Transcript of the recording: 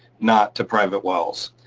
not to private wells.